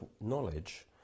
knowledge